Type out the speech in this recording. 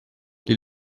les